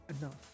enough